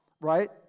right